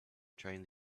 train